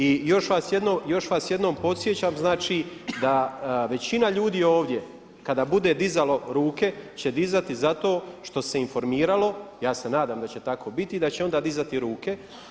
I još vas jednom podsjećam znači da većina ljudi ovdje kada bude dizalo ruke će dizati zato što se informiralo, ja se nadam da će tako biti i da će onda dizati ruke.